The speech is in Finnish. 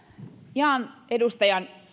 jaan edustajan